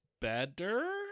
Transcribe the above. better